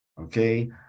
okay